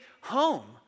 home